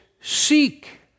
seek